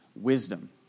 Wisdom